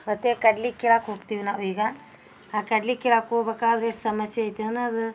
ಮತ್ತು ಕಡ್ಲಿ ಕೀಳಾಕೆ ಹೋಗ್ತಿವಿ ನಾವೀಗ ಆ ಕಡ್ಲಿ ಕೀಳಾಕೆ ಹೋಗ್ಬೇಕಾದ್ರೆ ಎಷ್ಟು ಸಮಸ್ಯೆ ಐತಿ ಅನ್ನೋದು